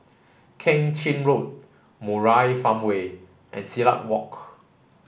Keng Chin Road Murai Farmway and Silat Walk